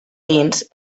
dins